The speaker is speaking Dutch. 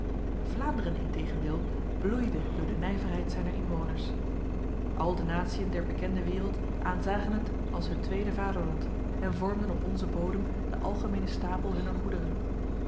vlaanderen integendeel bloeide door de nijverheid zijner inwoners al de natiën der bekende wereld aanzagen het als hun tweede vaderland en vormden op onze bodem de algemene stapel hunner goederen